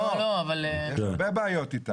יש הרבה בעיות איתם.